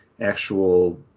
actual